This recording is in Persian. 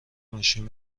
ماشین